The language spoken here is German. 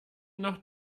noch